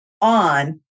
on